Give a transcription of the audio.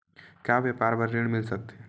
का व्यापार बर ऋण मिल सकथे?